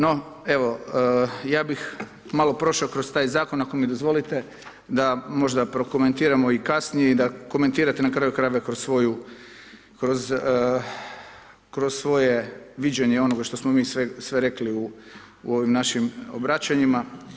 No evo, ja bih malo prošao kroz taj zakon ako mi dozvolite, da možda prokomentiramo i kasnije i da komentirate na kraju krajeva, kroz svoje viđenje onog što smo mi sve rekli u ovim našim obraćanjima.